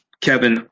Kevin